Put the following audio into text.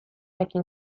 ekin